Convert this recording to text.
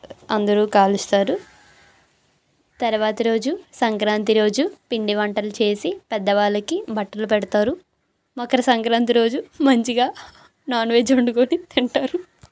అందరూ కాలుస్తారు తర్వాత రోజు సంక్రాంతి రోజు పిండి వంటలు చేసి పెద్దవాళ్ళకి బట్టలు పెడతారు మకర సంక్రాంతి రోజు మంచిగా నాన్వెజ్ వండుకొని తింటారు